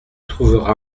trouvera